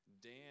Dan